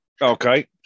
Okay